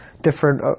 different